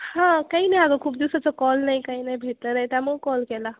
हां काही नाही अगं खूप दिवसाचं कॉल नाही काही नाही भेटलं नाही त्यामुळं कॉल केला